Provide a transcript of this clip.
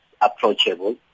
approachable